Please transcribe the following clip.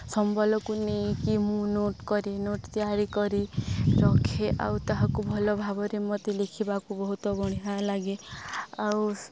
ସମ୍ବଳକୁ ନେଇକି ମୁଁ ନୋଟ୍ କରେ ନୋଟ୍ ତିଆରି କରି ରଖେ ଆଉ ତାହାକୁ ଭଲ ଭାବରେ ମୋତେ ଲେଖିବାକୁ ବହୁତ ବଢ଼ିଆ ଲାଗେ ଆଉ